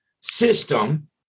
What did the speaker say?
system